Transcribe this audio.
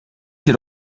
hier